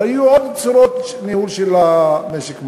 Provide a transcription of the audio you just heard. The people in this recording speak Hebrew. אבל יהיו עוד צורות ניהול של משק המים.